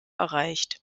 erreicht